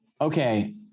okay